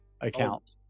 account